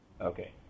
Okay